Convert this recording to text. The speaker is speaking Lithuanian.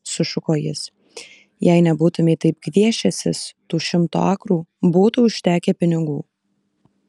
sušuko jis jei nebūtumei taip gviešęsis tų šimto akrų būtų užtekę pinigų